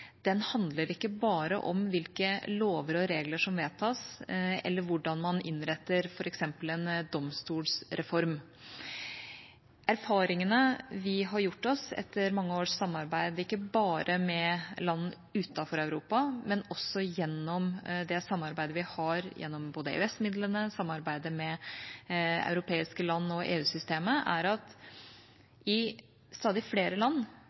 den utviklingen som foregår, og som gjør at rommet for sivilt samfunn innskrenkes, ikke bare handler om hvilke lover og regler som vedtas, eller hvordan man innretter f.eks. en domstolsreform. Erfaringene vi har gjort oss etter mange års samarbeid – ikke bare med land utenfor Europa, men også i det samarbeidet vi har gjennom både EØS-midlene og med europeiske land og EU-systemet – er